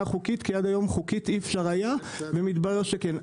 חוקית כי עד היום חוקית אי אפשר היה ומתברר שכן.